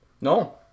No